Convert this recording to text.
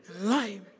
Lime